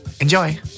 Enjoy